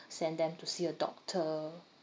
send them to see a doctor